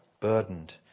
burdened